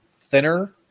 thinner